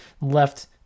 left